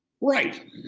Right